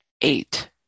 Eight